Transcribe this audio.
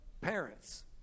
parents